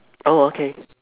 oh okay